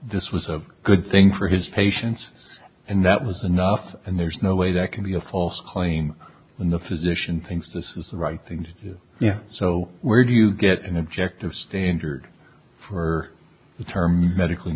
this was a good thing for his patients and that was enough and there's no way that can be a false claim when the physician thinks this is the right thing to do so where do you get an objective standard for the term medically